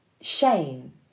shame